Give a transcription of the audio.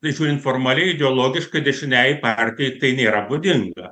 tai žiūrint formaliai ideologiškai dešiniajai partijai tai nėra būdinga